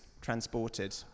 transported